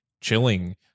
chilling